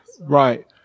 Right